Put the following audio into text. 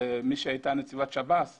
מי הייתה נציבת שירות בתי הסוהר.